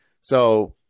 So-